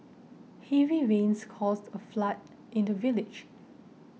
heavy rains caused a flood in the village